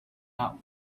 out